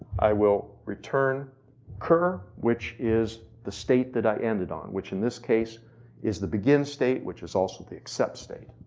i will return curr, which is the state that i ended on, which in this case is the begin state which is also the except state.